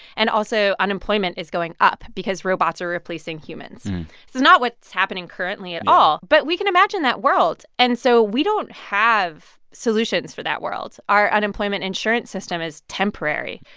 and also, unemployment is going up because robots are replacing humans. this is not what's happening currently at all yeah but we can imagine that world. and so we don't have solutions for that world. our unemployment insurance system is temporary.